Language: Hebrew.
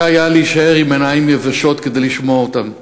היה להישאר עם עיניים יבשות ולשמוע אותם.